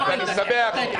התש"ף-2020,